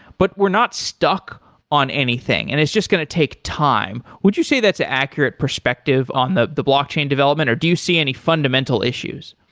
but we're not stuck on anything, and it's just going to take time. would you say that's an accurate perspective on the the blockchain development or do you see any fundamental issues?